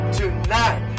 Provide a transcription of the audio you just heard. tonight